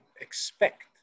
expect